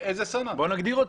בואו נגדיר אותו.